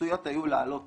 שעשויות היו לעלות